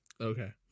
Okay